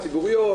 ציבוריות,